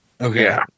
okay